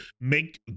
make